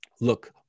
look